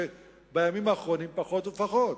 בימים האחרונים פחות ופחות,